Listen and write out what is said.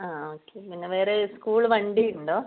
ആ ഓക്കെ പിന്നെ വേറെ സ്കൂൾ വണ്ടി ഉണ്ടോ